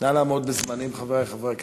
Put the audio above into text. נא לעמוד בזמנים, חברי חברי הכנסת.